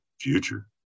future